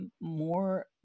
more